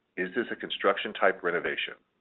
is this a construction type renovation?